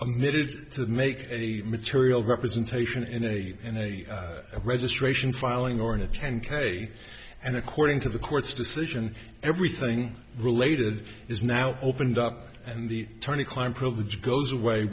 minute to make a material representation in a in a registration filing or in a ten k and according to the court's decision everything related is now opened up and the attorney client privilege goes away